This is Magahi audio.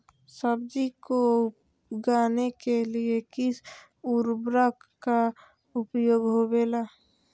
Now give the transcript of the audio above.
सब्जी को उगाने के लिए किस उर्वरक का उपयोग होबेला?